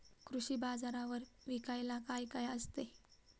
कृषी बाजारावर विकायला काय काय असते?